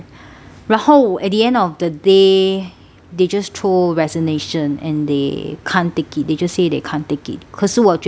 然后 at the end of the day they just throw resignation and they can't take it they just say they can't take it 可是我觉得